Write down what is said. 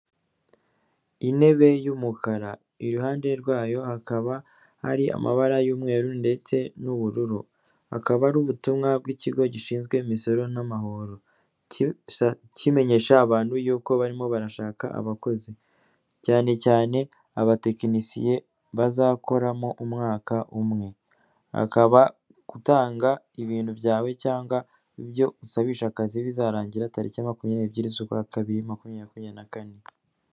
Intebe y'umukara iruhande rwayo hakaba hari amabara y'umweru ndetse n'ubururu akaba ari ubutumwa bw'ikigo gishinzwe imisoro n'amahoro, kimenyesha abantu yuko barimo barashaka abakozi cyane cyane abatekinisiye bazakoramo umwaka umwe, akaba gutanga ibintu byawe cyangwa ibyo usabisha akazi bizarangira tariki ya makumyabiri n'ebyiri z'ukwa kabiri makumyabiri makumyabiri na kane.